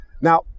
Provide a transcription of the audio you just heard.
Now